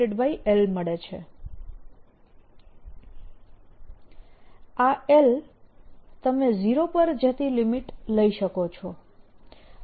M Ml આ l તમે 0 પર જતી લિમીટ લઈ શકો છો